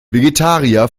vegetarier